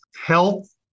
health